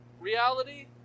reality